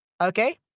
Okay